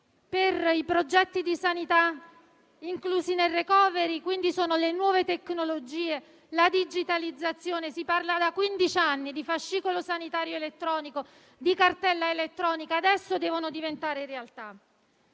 per i progetti di sanità inclusi nel *recovery plan*, concerne le nuove tecnologie e la digitalizzazione: si parla da quindici anni di fascicolo sanitario elettronico, di cartella elettronica, adesso devono diventare realtà.